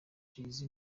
jayz